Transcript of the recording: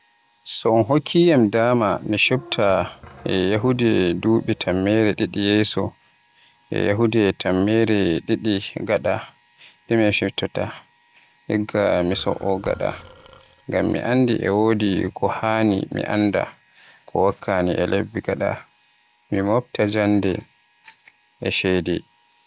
To un hokkiyam dama mi chubta e yahdu dubi tammere didi yeso, e yahdu tammre didi gada dume mi chubtata. Igga mi so'o gada. Ngam mi anndi e wodi ko haani mi annda ko wakkani e lebbi gada, mi mobta jannde, e ceede.